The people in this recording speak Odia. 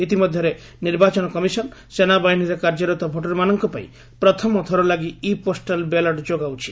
ଇତିମଧ୍ୟରେ ନିର୍ବାଚନ କମିଶନ୍ ସେନାବାହିନୀରେ କାର୍ଯ୍ୟରତ ଭୋଟର୍ମାନଙ୍କ ପାଇଁ ପ୍ରଥମ ଥର ଲାଗି ଇ ପୋଷ୍ଟାଲ୍ ବ୍ୟାଲଟ୍ ଯୋଗାଉଛି